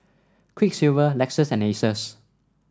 Quiksilver Lexus and Asos